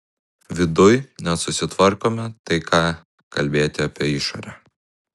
viduj nesusitvarkome tai ką kalbėti apie išorę